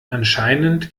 anscheinend